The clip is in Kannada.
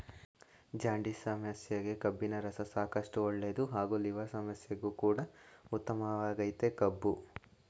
ಜಾಂಡಿಸ್ ಸಮಸ್ಯೆಗೆ ಕಬ್ಬಿನರಸ ಸಾಕಷ್ಟು ಒಳ್ಳೇದು ಹಾಗೂ ಲಿವರ್ ಸಮಸ್ಯೆಗು ಕೂಡ ಉತ್ತಮವಾಗಯ್ತೆ ಕಬ್ಬು